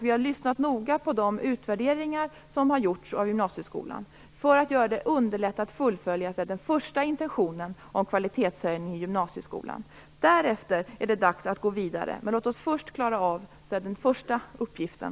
Vi har lyssnat noga på de utvärderingar som har gjorts av gymnasieskolan för att underlätta att den första intentionen, kvalitetshöjning i gymnasieskolan, fullföljs. Därefter är det dags att gå vidare. Men låt oss först klara av den första uppgiften.